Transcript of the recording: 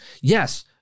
yes